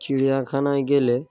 চিড়িয়াখানায় গেলে